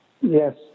Yes